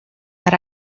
that